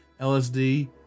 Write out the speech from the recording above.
LSD